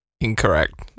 Incorrect